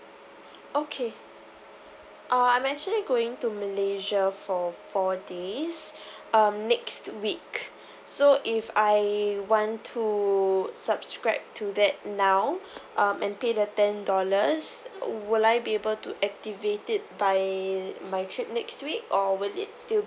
okay uh I'm actually going to malaysia for for this um next week so if I want to subscribe to that now um and pay the ten dollars would I be able to activated by my trip next week or will it still